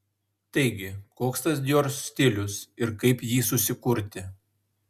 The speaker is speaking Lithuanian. taigi koks tas dior stilius ir kaip jį susikurti